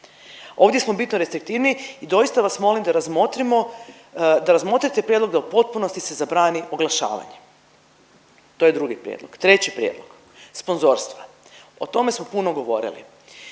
Ovdje smo bitno restriktivniji i doista vas molim da razmotrimo, da razmotrite prijedlog da u potpunosti se zabrani oglašavanje. To je drugi prijedlog. Treći prijedlog, sponzorstva, o tome smo puno govorili.